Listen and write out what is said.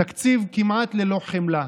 תקציב כמעט ללא חמלה,